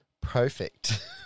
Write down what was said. perfect